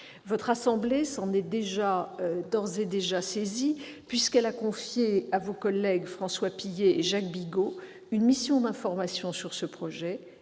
Votre assemblée s'en est d'ores et déjà saisie, puisqu'elle a confié à vos collègues François Pillet et Jacques Bigot une mission d'information sur ce projet,